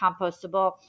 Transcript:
compostable